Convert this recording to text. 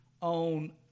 on